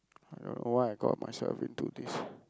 I don't know why I got myself into this